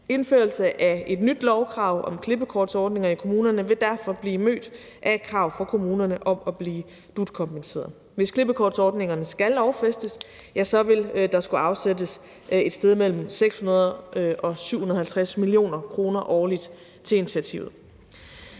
Indførelse af et lovkrav om klippekortsordninger i kommunerne vil derfor blive mødt af et krav fra kommunerne om at blive dut-kompenseret. Hvis klippekortsordningen skal lovfæstes, ja, så vil der skulle afsættes et sted mellem 600 mio. kr. og 750 mio. kr. årligt til initiativet.